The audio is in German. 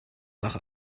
nach